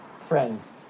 Friends